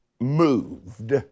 moved